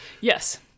yes